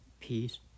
peace